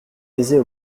aisés